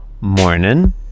Morning